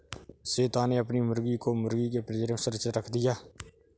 श्वेता ने अपनी मुर्गी को मुर्गी के पिंजरे में सुरक्षित रख दिया